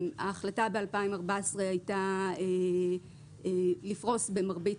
ההחלטה ב-2014 הייתה לפרוס במרבית